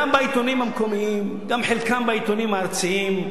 גם בעיתונים המקומיים, גם בחלק מהעיתונים הארציים.